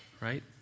Right